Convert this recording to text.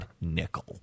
nickel